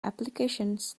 applications